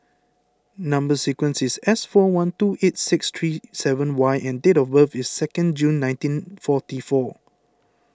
Number Sequence is S four one two eight six three seven Y and date of birth is second June nineteen forty four